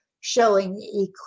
showing